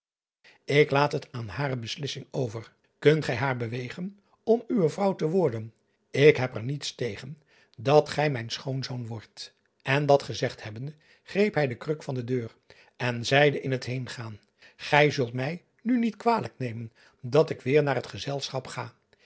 k laat het aan hare beslissing over unt gij haar bewegen om uwe vrouw te worden ik heb er niets tegen dat gij mijn schoon zooon wordt en dat gezegd hebbende greep hij de kruk van de deur en zeide in het heengaan ij zult mij nu niet kwalijk nemen dat ik weêr naar het gezelschap ga